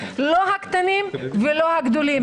לא הקטנים ולא הגדולים,